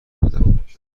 بودم